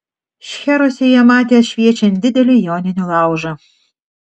šcheruose jie matė šviečiant didelį joninių laužą